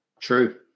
True